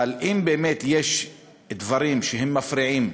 אבל אם באמת יש דברים שמפריעים,